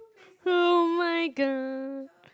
oh-my-god